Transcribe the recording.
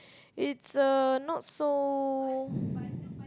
it's uh not so